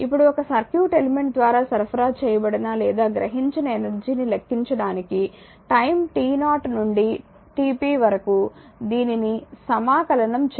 ఇప్పుడు ఒక circuit element ద్వారా సరఫరా చేయబడిన లేదా గ్రహించిన ఎనర్జీని లెక్కించడానికి టైం t0 నుండి tp వరకు దీనిని సమాకలనం చేయండి